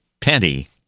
penny